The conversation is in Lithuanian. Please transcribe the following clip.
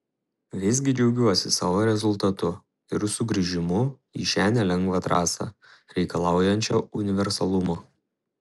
visgi džiaugiuosi savo rezultatu ir sugrįžimu į šią nelengvą trasą reikalaujančią universalumo